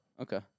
okay